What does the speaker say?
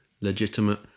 legitimate